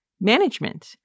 management